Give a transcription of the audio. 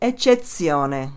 Eccezione